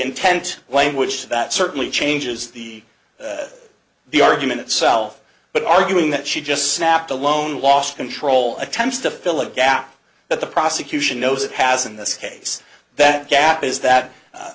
intent language that certainly changes the the argument itself but arguing that she just snapped alone lost control attempts to fill a gap that the prosecution knows it has in this case that gap is that